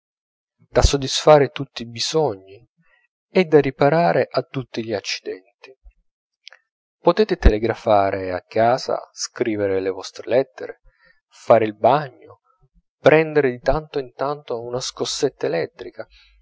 da soddisfare tutti i bisogni e da riparare a tutti gli accidenti potete telegrafare a casa scrivere le vostre lettere fare il bagno prendere di tanto in tanto una scossetta elettrica